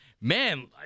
man